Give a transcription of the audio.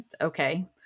okay